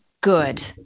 good